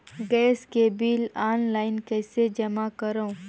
Gas के bill online कइसे जमा करव?